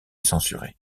censuré